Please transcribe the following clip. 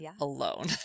alone